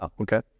Okay